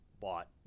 bought